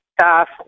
staff